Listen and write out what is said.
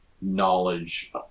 knowledge